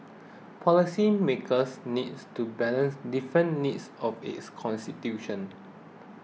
policymakers need to balance different needs of its constitution